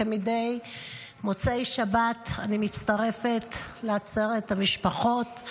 כמדי מוצאי שבת אני מצטרפת לעצרת המשפחות.